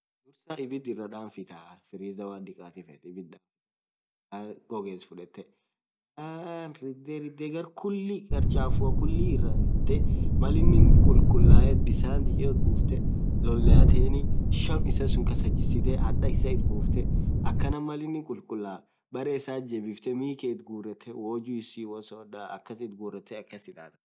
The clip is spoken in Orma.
dursaa ibiid irra danfiitaa fridgii malaat dikaati feet ridhee saar gogeesan bisaanin kasslolaatee, sham suun kasaa jisitee hadaa isaa itbusitee duub maalin kulkulaay bareisat jebisitee mii kee it gurtaa woo juisii, hoo sodaa.